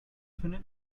infinite